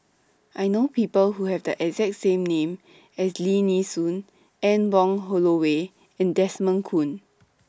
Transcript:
I know People Who Have The exact name as Lim Nee Soon Anne Wong Holloway and Desmond Kon